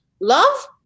love